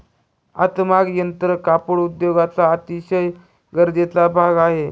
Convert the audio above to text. हातमाग यंत्र कापड उद्योगाचा अतिशय गरजेचा भाग आहे